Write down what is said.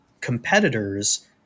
competitors